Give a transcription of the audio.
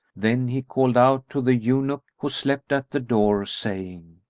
then he called out to the eunuch who slept at the door, saying,